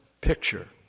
picture